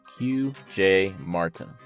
QJMartin